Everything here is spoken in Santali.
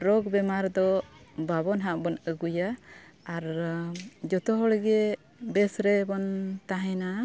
ᱨᱳᱜᱽ ᱵᱮᱢᱟᱨ ᱫᱚ ᱵᱟᱵᱚᱱ ᱦᱟᱸᱜ ᱵᱚᱱ ᱟᱹᱜᱩᱭᱟ ᱟᱨ ᱡᱷᱚᱛᱚ ᱦᱚᱲ ᱜᱮ ᱵᱮᱥ ᱨᱮᱵᱚᱱ ᱛᱟᱦᱮᱱᱟ